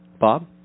Bob